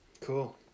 Cool